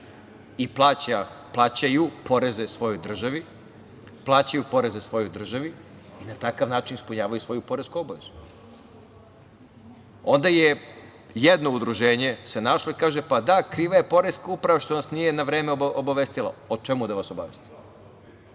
gde su porezi 10% i plaćaju poreze svojoj državi i na takav način ispunjavaju svoju poresku obavezu. Onda se jedno udruženje našlo i kaže – pa da, kriva je Poreska uprava što nas nije na vreme obavestilo. O čemu da vas obavesti?